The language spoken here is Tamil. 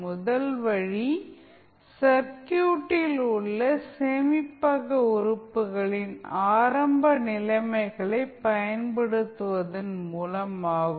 முதல் வழி சர்க்யூட்டில் உள்ள சேமிப்பக உறுப்புகளின் ஆரம்ப நிலைமைகளைப் பயன்படுத்துவதன் மூலம் ஆகும்